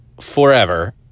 forever